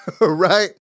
right